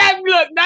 look